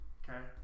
okay